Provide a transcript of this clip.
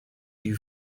you